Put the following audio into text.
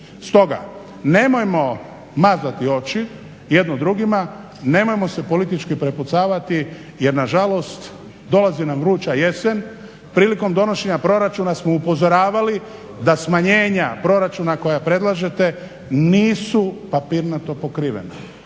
Stoga nemojmo mazati oči jedni drugima, nemojmo se politički prepucavati jer nažalost dolazi nam vruća jesen. Prilikom donošenja proračuna smo upozoravali da smanjenja proračuna koja predlažete nisu papirnato pokrivena.